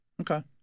Okay